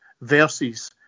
versus